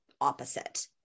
opposite